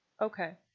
Okay